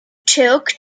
took